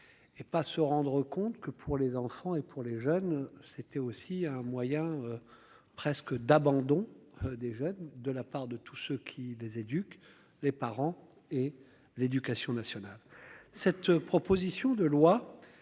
Et pas se rendre compte que pour les enfants et pour les jeunes, c'était aussi un moyen. Presque d'abandon des jeunes de la part de tout ce qui les éduquent les parents et l'éducation nationale.